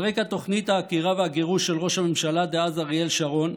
על רקע תוכנית העקירה והגירוש של ראש הממשלה דאז אריאל שרון,